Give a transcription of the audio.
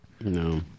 no